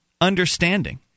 understanding